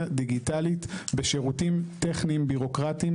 דיגיטלית בשירותים טכניים בירוקרטיים,